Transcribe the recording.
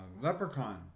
Leprechaun